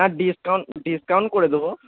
হ্যাঁ discount discount করে দেবো